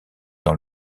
dans